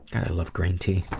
and i love green tea.